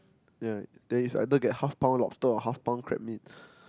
yea there is either get half pound lobster or half pound crab meat